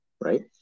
right